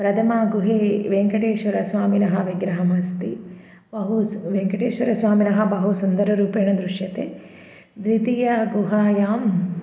प्रथमगुहे वेङ्कटेश्वरस्वामिनः विग्रहमस्ति बहुषु वेङ्कटेश्वरस्वामिनः बहु सुन्दररूपेण दृश्यते द्वितीयगुहायाम्